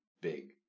big